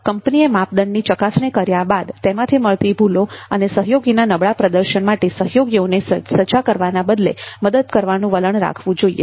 કંપનીએ માપદંડની ચકાસણી કર્યા બાદ તેમાંથી મળતી ભૂલો અને સહયોગીના નબળા પ્રદર્શન માટે સહયોગીઓને સજા કરવાને બદલે મદદ કરવાનું વલણ રાખવું જોઈએ